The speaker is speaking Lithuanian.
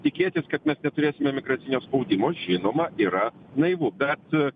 tikėtis kad mes neturėsime migracinio spaudimo žinoma yra naivu bet